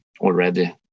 already